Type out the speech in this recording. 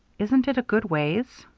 isn't it a good ways?